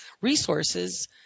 resources